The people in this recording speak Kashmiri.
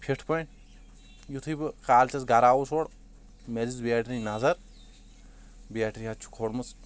فٹ پٲٹھۍ یتھُے بہٕ کالچس گرٕ آوُس اورٕ مےٚ دِژ بیٹری نظر بیٹری حظ چھُ کھولمُت